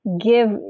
give